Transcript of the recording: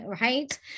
right